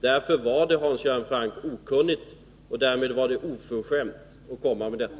Därför var det, Hans Göran Franck, okunnigt och därmed oförskämt att komma med detta.